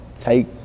take